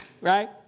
right